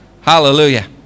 Hallelujah